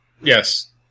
Yes